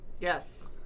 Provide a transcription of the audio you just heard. yes